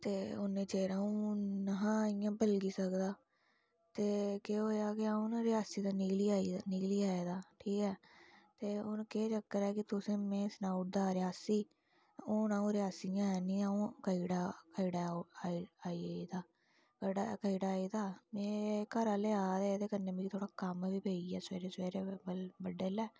ते उनें चिरे च अऊं नेहा इन्ना बल्गी सकदा ते फिर केह् होआ कि अऊं ना रियासी दा निकली आए दा हा ते हून केह् चक्कर है कि तुसेंगी में सनाई ओड़दा कि रियासी हूना ओह् रियासी है नी ऐ ओह् अग्गै गे उठी दा होना कटरा आई गेदा होना मेरे घरे आहले आए दे हे कन्नै मिगी थोहड़ा कम्म बी पेई गेआ सबेरे सबेरे कोई बडलै